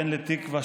בן לתקוה,